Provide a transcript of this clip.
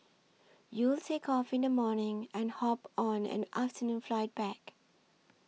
you'll take off in the morning and hop on an afternoon flight back